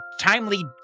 Timely